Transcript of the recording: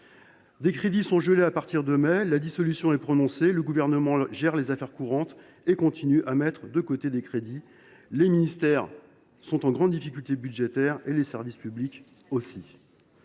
des crédits sont gelés, puis la dissolution est prononcée. Le Gouvernement gère les affaires courantes et continue à mettre de l’argent de côté. Les ministères sont en grande difficulté budgétaire, les services publics aussi.